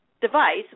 device